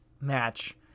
match